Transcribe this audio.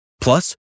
Plus